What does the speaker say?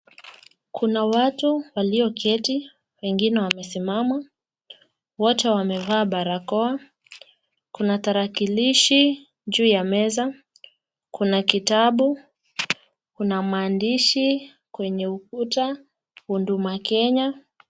Kuna watu walioketi wengine wamesimama, wote wamevaa barakoa .Kuna tarakilishi juu ya meza. Kuna kitabu, kuna maandishi kwenye ukuta, Huduma Kenya.